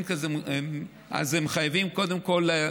הם חייבים קודם כול,